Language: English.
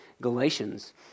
Galatians